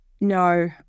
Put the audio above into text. No